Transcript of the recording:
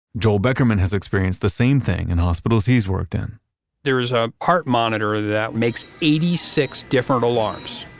joel beckerman has experienced the same thing in hospitals he's worked in there is a heart monitor that makes eighty six different alarms.